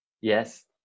yes